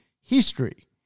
History